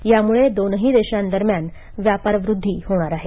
यामुळे दोनही देशांदरम्यान व्यापारवृध्दी होणार आहे